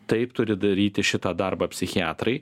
taip turi daryti šitą darbą psichiatrai